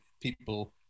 people